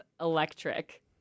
electric